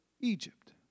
Egypt